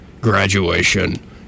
graduation